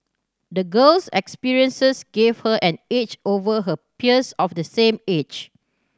the girl's experiences gave her an edge over her peers of the same age